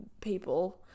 people